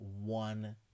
one